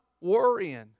worrying